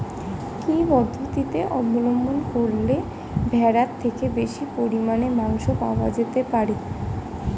কি পদ্ধতিতে অবলম্বন করলে ভেড়ার থেকে বেশি পরিমাণে মাংস পাওয়া যেতে পারে?